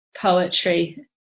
poetry